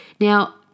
Now